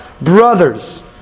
brothers